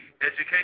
education